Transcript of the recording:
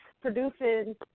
producing